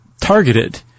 targeted